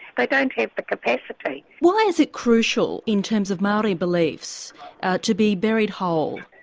but don't have the capacity. why is it crucial in terms of maori beliefs to be buried whole?